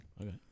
Okay